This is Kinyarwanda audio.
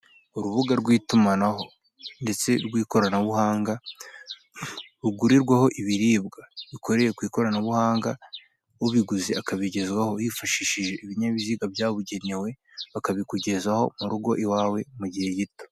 Urubuga rw'itumanaho, ndetse rw'ikoranabuhanga, rugurirwaho ibiribwa bikoreye ku ikoranabuhanga, ubiguze akabigezwaho yifashishije ibinyabiziga byabugenewe, bakabikugezaho mu rugo iwawe mu gihe gito.